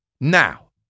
Now